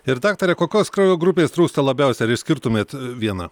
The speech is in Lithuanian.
ir daktare kokios kraujo grupės trūksta labiausiai ar išskirtumėt vieną